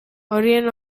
horien